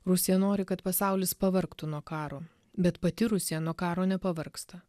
rusija nori kad pasaulis pavargtų nuo karo bet pati rusija nuo karo nepavargsta